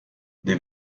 des